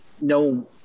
no